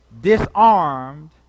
Disarmed